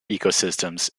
ecosystems